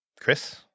Chris